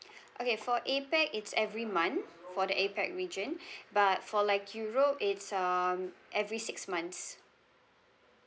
okay for APAC it's every month for the APAC region but for like europe it's um every six months